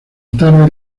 tarde